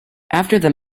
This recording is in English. after